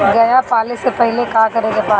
गया पाले से पहिले का करे के पारी?